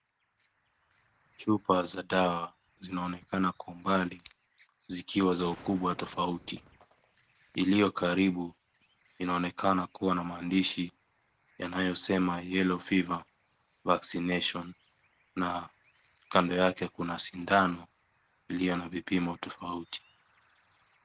Chupa za dawa, zinaonekana kwa umbali, zikiwa za ukubwa tofauti. Iliyo karibu, inaonekana kuwa na maandishi yanayosema yellow fever vaccination na kando yake kuna sindano iliyo na vipimo tofauti.